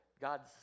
God's